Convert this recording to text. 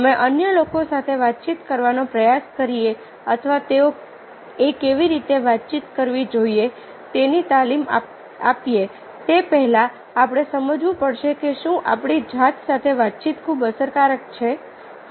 અમે અન્ય લોકો સાથે વાતચીત કરવાનો પ્રયાસ કરીએ અથવા તેઓએ કેવી રીતે વાતચીત કરવી જોઈએ તેની તાલીમ આપીએ તે પહેલાં આપણે સમજવું પડશે કે શું આપણી જાત સાથે વાતચીત ખૂબ અસરકારક છે